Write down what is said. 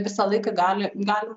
visą laiką gali galima